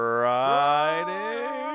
Friday